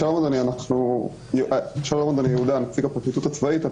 שלום אדוני, אני יהודה, נציג הפרקליטות הצבאית.